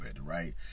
right